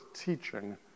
teaching